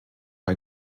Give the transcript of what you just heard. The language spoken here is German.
bei